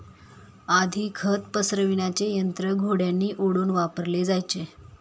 आधी खत पसरविण्याचे यंत्र घोड्यांनी ओढून वापरले जायचे